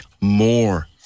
more